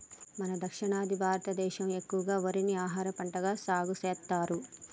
మన దక్షిణాది భారతదేసం ఎక్కువగా వరిని ఆహారపంటగా సాగుసెత్తారు